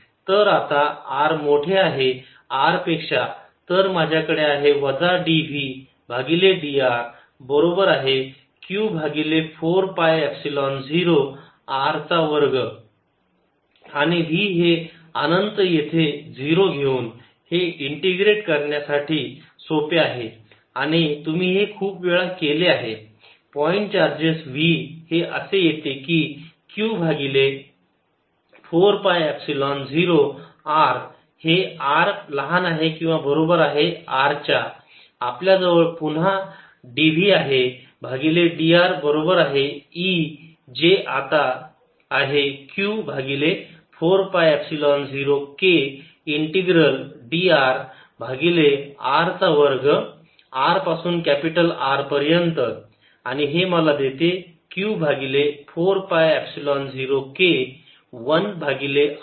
तर आता r मोठे आहे R पेक्षा तर माझ्याकडे आहे वजा dv भागिले dr बरोबर आहे q भागिले 4 पाय एपसिलोन 0 r चा वर्ग आणि v हे अनंत येथे 0 घेऊन हे इंटिग्रेट करण्यासाठी सोपे आहे आणि हे तुम्ही खूप वेळा केले आहे पॉईंट चार्जेस v हे असे येते की q भागिले 4 पाय एपसिलोन 0 r हे r लहान किंवा बरोबर आहे R च्या आपल्याजवळ पुन्हा आहे dv भागिले dr बरोबर आहे E जे आता आहे q भागिले 4 pi epsilon 0 k integral D r भागिले r चा वर्ग r पासून कॅपिटल R पर्यंत आणि हे मला देते q भागिले 4 पाय एपसिलोन 0 k1 भागिले r r कॅपिटल R हे बरोबर आहे v जेव्हा r वजा v आहे r